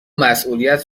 مسئولیت